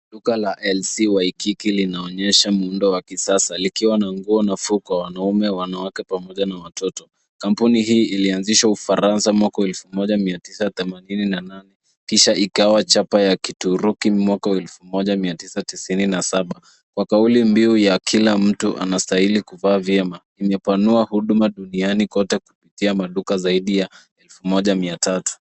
Duka la LC WAIKIKI linaonyesha muundo wa kisasa, likiwa na nguo na fuko, wanaume, wanawake pamoja na watoto. Kampuni hii ilianzishwa ufaransa mwaka wa elfu moja mia tisa themanini na nane kisha ikawa chapa ya kituruki mwaka wa elfu moja mia tisa tisini na saba. Kwa kauli mbiu ya "kila mtu anastahili kuvaa vyema", imepanua huduma duniani kote kupitia maduka zaidi ya elfu moja mia tatu.